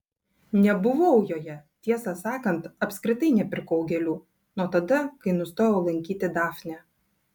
nebuvau joje tiesą sakant apskritai nepirkau gėlių nuo tada kai nustojau lankyti dafnę